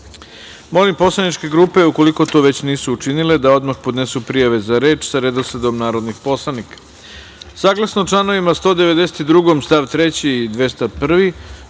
poslaničke grupe ukoliko to već nisu učinile, da odmah podnesu prijave za reč sa redosledom narodnih poslanika. Saglasno